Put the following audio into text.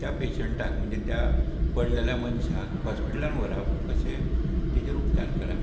त्या पॅशंटाक म्हणजे त्या पडलेल्या मनशाक हॉस्पिटलांत व्हरप अशे तेजेर उपचार करप